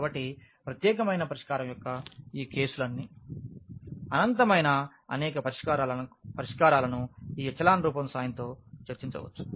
కాబట్టి ప్రత్యేకమైన పరిష్కారం యొక్క ఈ కేసులన్నీ అనంతమైన అనేక పరిష్కారాలను ఈ ఎచెలాన్ రూపం సహాయంతో చర్చించవచ్చు